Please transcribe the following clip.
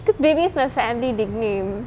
because babies my family nickname